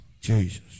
Jesus